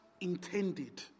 intended